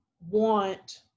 want